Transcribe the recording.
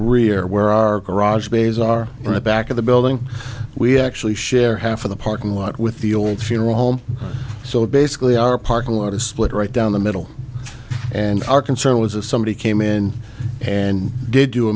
rear where our raj bays are in the back of the building we actually share half of the parking lot with the old funeral home so basically our parking lot is split right down the middle and our concern was a somebody came in and did do a